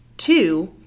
Two